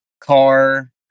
car